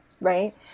right